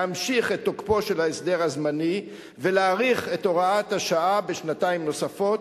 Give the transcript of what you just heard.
להמשיך את תוקפו של ההסדר הזמני ולהאריך את הוראת השעה בשנתיים נוספות,